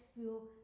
feel